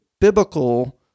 biblical